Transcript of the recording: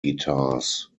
guitars